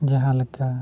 ᱡᱟᱦᱟᱸ ᱞᱮᱠᱟ